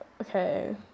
okay